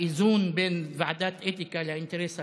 האיזון בין ועדת אתיקה לאינטרס הציבורי,